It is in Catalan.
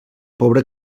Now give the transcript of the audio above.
pobre